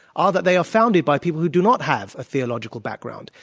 are that they are founded by people who do not have a theological background.